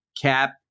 cap